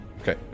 Okay